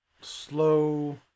slow